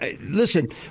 Listen